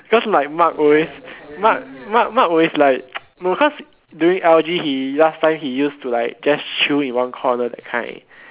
because like Mark always Mark Mark Mark always like because during l_g he last time he used to like just chill in one corner that kind